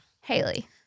Haley